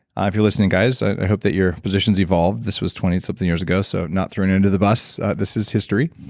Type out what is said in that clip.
ah if you're listening guys, i hope that your position's evolved this was twenty something years ago so not throwing you under the bus. this is history.